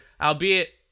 albeit